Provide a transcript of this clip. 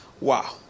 wow